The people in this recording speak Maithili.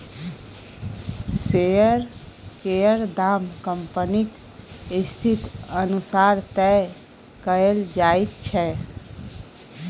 शेयर केर दाम कंपनीक स्थिति अनुसार तय कएल जाइत छै